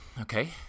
Okay